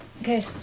Okay